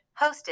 hosted